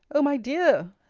o my dear!